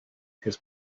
his